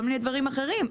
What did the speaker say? כל מיני דברים אחרים.